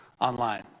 online